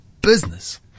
business